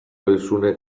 lohizune